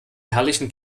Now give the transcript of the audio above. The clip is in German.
herrlichen